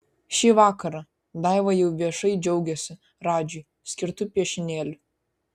šį vakarą daiva jau viešai džiaugiasi radžiui skirtu piešinėliu